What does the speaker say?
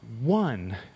one